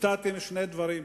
הופתעתי משני דברים: